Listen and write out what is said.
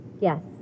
Yes